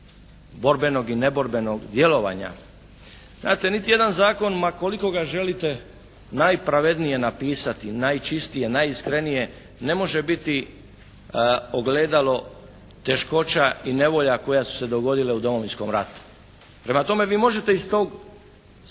borbenog i neborbenog djelovanja, znate niti jedan zakon ma koliko ga želite najpravednije napisati, najčistije, najiskrenije ne može biti ogledalo teškoća i nevolja koja su se dogodila u Domovinskom ratu. Prema tome vi možete iz tog